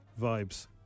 vibes